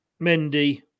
Mendy